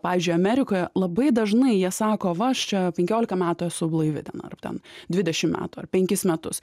pažyiui amerikoje labai dažnai jie sako va aš čia penkiolika metų esu blaivi ten ar ten dvidešim metų ar penkis metus